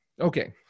Okay